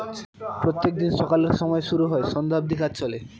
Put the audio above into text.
প্রত্যেক দিন সকালের সময় শুরু হয় সন্ধ্যা অব্দি কাজ চলে